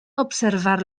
observar